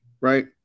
right